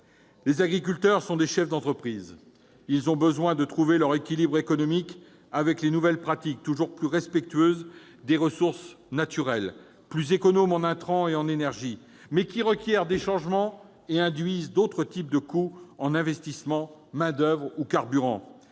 Les agriculteurs sont des chefs d'entreprise. Ils ont besoin de trouver leur équilibre économique avec les nouvelles pratiques toujours plus respectueuses des ressources naturelles, plus économes en intrants et en énergie, mais qui requièrent des changements et induisent d'autres types de coûts en termes d'investissements, de main-d'oeuvre ou de carburant.